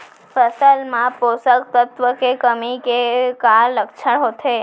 फसल मा पोसक तत्व के कमी के का लक्षण होथे?